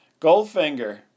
Goldfinger